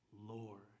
Lord